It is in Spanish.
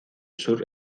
sur